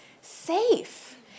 safe